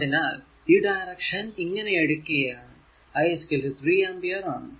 അതിനാൽ ഈ ഡയറക്ഷൻ ഇങ്ങനെ എടുക്കുകയാണ് I 3 ആമ്പിയർ ആണ്